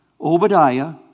Obadiah